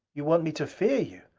you want me to fear you?